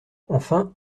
enfin